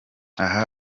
aha